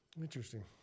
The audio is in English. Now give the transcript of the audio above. Interesting